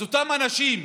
אז אותם אנשים,